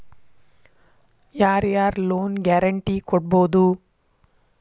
ಯಾರ್ ಯಾರ್ loan guarantee ಕೊಡ್ಬೊದು?